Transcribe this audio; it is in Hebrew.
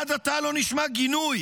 עד עתה לא נשמע גינוי